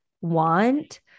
want